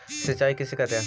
सिंचाई किसे कहते हैं?